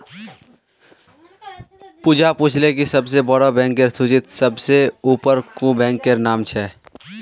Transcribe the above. पूजा पूछले कि सबसे बोड़ो बैंकेर सूचीत सबसे ऊपर कुं बैंकेर नाम छे